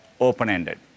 open-ended